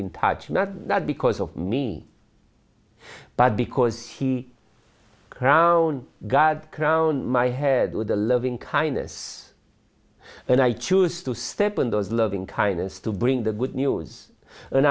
be in touch not not because of me but because he ground god around my head with a loving kindness and i choose to step in those loving kindness to bring the good news